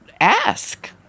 ask